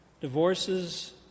divorces